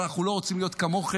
אבל אנחנו לא רוצים להיות כמוכם,